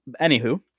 Anywho